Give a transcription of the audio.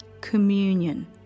communion